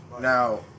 Now